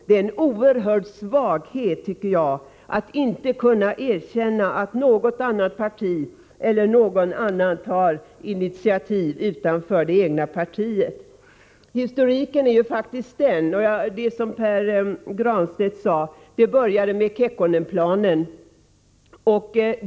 Det är en oerhörd svaghet, tycker jag, att inte kunna erkänna att något annat parti eller någon person utanför det egna partiet tar initiativ. Historiken är faktiskt följande. Det började — som Pär Granstedt sade — med Kekkonenplanen.